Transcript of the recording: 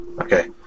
Okay